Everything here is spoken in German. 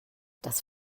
das